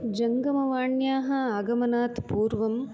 जङ्गमवाण्याः आगमनात् पूर्वं